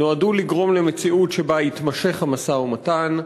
נועדו לגרום למציאות שבה יתמשך המשא-ומתן,